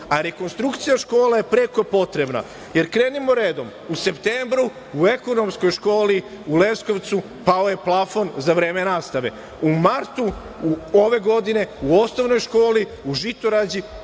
a rekonstrukcija škola je prekopotrebna, jer krenimo redom. U septembru u ekonomskoj školi u Leskovcu pao je plafon za vreme nastave. U martu ove godine u osnovnoj školi u Žitorađi